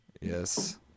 Yes